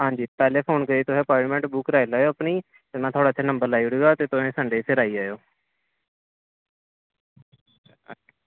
हंजी हंजी पहले फोन करियै तुसे अपाइंटमैंट बुक कराई लेओ अपनी में तुआढ़ा इत्थै नम्बर लाई ओड़गा ते तुसें सण्डै गी फिर आई जाएओ